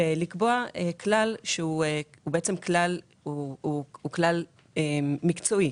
לקבוע כלל שהוא כלל מקצועי,